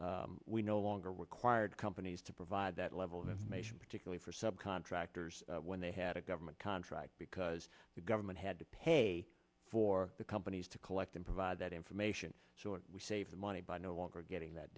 saver we no longer required companies to provide that level of information particularly for sub contractors when they had a government contract because the government had to pay for the companies to collect and provide that information so we save the money by no longer getting that